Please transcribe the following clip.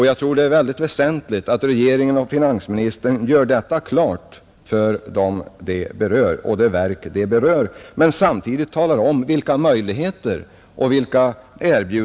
Jag tror det är väsentligt att regeringen och finansministern gör detta klart för de personer och de verk det berör men samtidigt talar om vilka andra möjligheter personalen har.